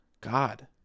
God